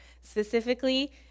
Specifically